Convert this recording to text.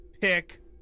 pick